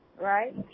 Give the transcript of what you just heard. right